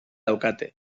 daukate